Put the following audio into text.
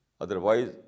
Otherwise